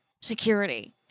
security